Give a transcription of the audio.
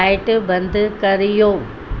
light बंदि करियो